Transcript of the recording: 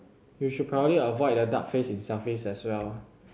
you should probably avoid the duck face in selfies as well